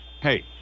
hey